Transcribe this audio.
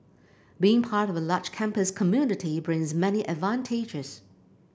being part of a large campus community brings many advantages